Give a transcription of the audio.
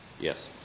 Yes